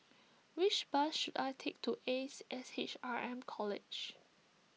which bus should I take to Ace S H R M College